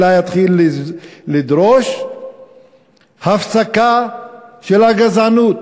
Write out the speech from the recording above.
אלא יתחיל לדרוש הפסקה של הגזענות,